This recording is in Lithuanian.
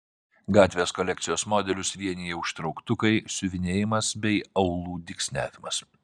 gatvės kolekcijos modelius vienija užtrauktukai siuvinėjimas bei aulų dygsniavimas